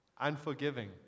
unforgiving